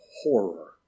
horror